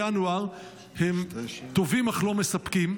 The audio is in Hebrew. ינואר הם טובים אך לא מספקים,